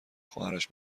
خواهرش